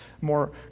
More